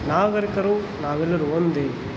ನಾಗರಿಕರು ನಾವೆಲ್ಲರೂ ಒಂದೇ